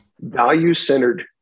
value-centered